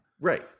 Right